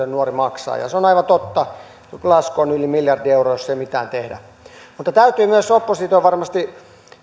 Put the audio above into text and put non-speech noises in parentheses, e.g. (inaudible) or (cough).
(unintelligible) nuori maksaa se on aivan totta lasku on yli miljardi euroa jos ei mitään tehdä mutta täytyy myös opposition varmasti